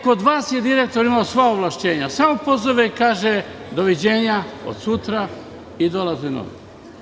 Kod vas je direktor imao sva ovlašćenja, samo pozove i kaže- doviđenja od sutra i dolaze novi.